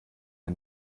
man